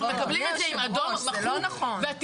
מקבלים את זה עם אדום מחוק והתיקונים.